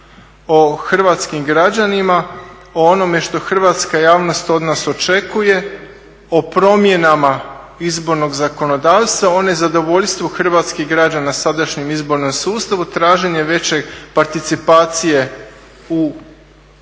o hrvatskim građanima, o onome što hrvatska javnost od nas očekuje, o promjenama izbornog zakonodavstva, o nezadovoljstvu hrvatskih građana sadašnjim izbornim sustavom, traženjem veće participacije u